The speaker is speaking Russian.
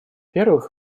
первых